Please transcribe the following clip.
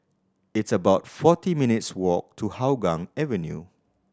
it's about forty minutes' walk to Hougang Avenue